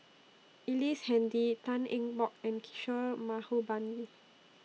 Ellice Handy Tan Eng Bock and Kishore Mahbubani